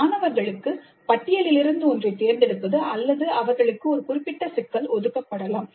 மாணவர்களுக்கு பட்டியலில் இருந்து ஒன்றைத் தேர்ந்தெடுப்பது அல்லது அவர்களுக்கு ஒரு குறிப்பிட்ட சிக்கல் ஒதுக்கப்படலாம்